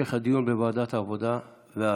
המשך הדיון בוועדת העבודה והרווחה.